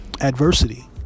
adversity